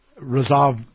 resolve